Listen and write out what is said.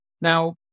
Now